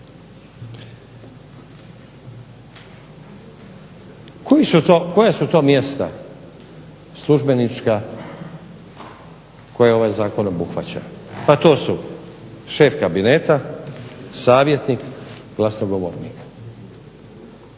Koja su to mjesta službenička koje ovaj zakon obuhvaća. Pa to su šef kabineta, savjetnik, glasnogovornik